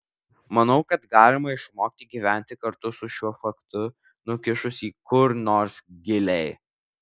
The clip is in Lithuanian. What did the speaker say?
manau kad galima išmokti gyventi kartu su šiuo faktu nukišus jį kur nors giliai